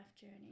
journey